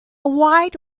wide